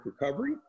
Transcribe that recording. recovery